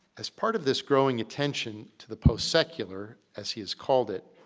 as part of this growing attention to the post secular, as he has called it,